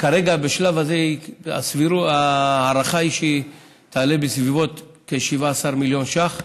הזה ההערכה היא שהיא תעלה בסביבות 17 מיליון שקל.